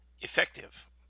effective